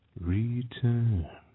return